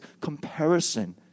comparison